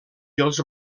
els